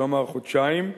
כלומר לפני חודשיים,